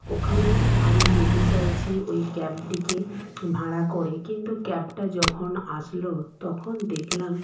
ওখানে আমি যেতে চাইছি ওই ক্যাবটিকে ভাড়া করে কিন্তু ক্যাবটা যখন আসলো তখন দেখলাম